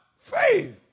faith